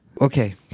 Okay